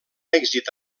èxit